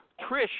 Trish